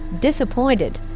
disappointed